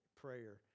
prayer